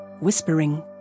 Whispering